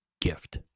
gift